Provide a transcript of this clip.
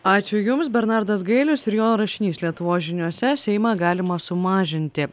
ačiū jums bernardas gailius ir jo rašinys lietuvos žiniose seimą galima sumažinti